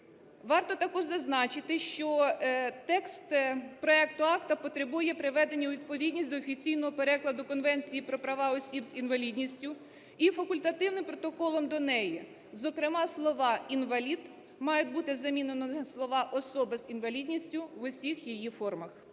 Варто також зазначити, що текст проекту акта потребує приведення у відповідність до офіційного перекладу Конвенції про права осіб з інвалідністю і факультативним протоколом до неї, зокрема слова "інвалід" мають бути замінено на слова "особа з інвалідністю в усіх її формах".